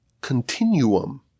continuum